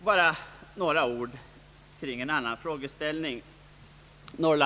Bara något kring en annan frågeställning.